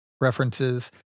references